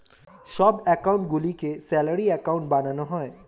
সব অ্যাকাউন্ট গুলিকে salary account বানানো যায়